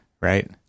Right